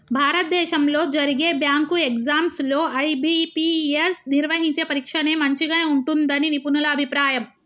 భారతదేశంలో జరిగే bank exams లో ఐ.బీ.పీ.ఎస్ నిర్వహించే పరీక్షనే మంచిగా ఉంటుందని నిపుణుల అభిప్రాయం